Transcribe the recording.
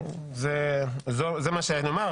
זה מה שהיה לי לומר.